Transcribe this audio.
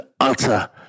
utter